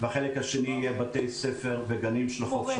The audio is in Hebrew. והחלק השני יהיה בתי ספר וגנים של החופש